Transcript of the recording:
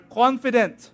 confident